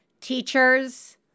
Teachers